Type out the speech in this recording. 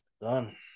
Done